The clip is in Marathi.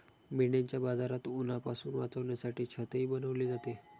मेंढ्यांच्या बाजारात उन्हापासून वाचण्यासाठी छतही बनवले जाते